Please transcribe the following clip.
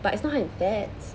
but it's not high in fats